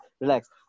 Relax